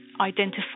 identify